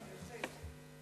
כן, בהחלט.